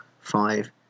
five